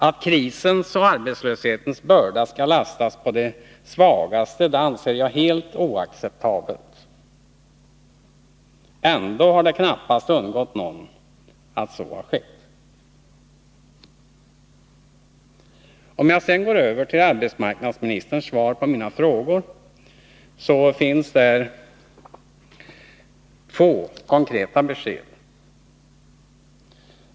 Att krisens och arbetslöshetens börda skall lastas på de svagaste anser jag helt oacceptabelt. Ändå har det knappast undgått någon att så har skett. Om jag sedan går över till arbetsmarknadsministerns svar på mina frågor, så finner jag där få konkreta besked.